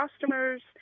customers